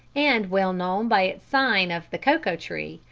and well known by its sign of the cocoa tree,